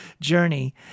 journey